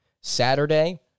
Saturday